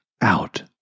out